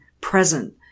present